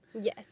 yes